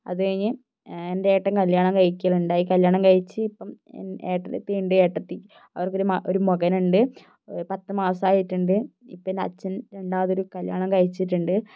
അതുകഴിഞ്ഞ് എന്റെ ഏട്ടൻ കല്ല്യാണം കഴിക്കലുണ്ടായി കല്ല്യാണം കഴിച്ച് ഇപ്പം ഏട്ടത്തി ഉണ്ട് ഏട്ടത്തി അവർക്കൊരു ഒരു മകനുണ്ട് പത്ത് മാസമായിട്ടുണ്ട് ഇപ്പോൾ എന്റെ അച്ഛൻ രണ്ടാമതൊരു കല്ല്യാണം കഴിച്ചിട്ടുണ്ട്